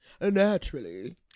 naturally